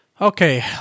okay